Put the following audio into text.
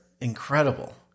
incredible